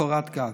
לקורת גג,